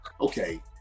okay